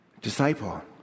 Disciple